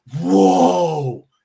whoa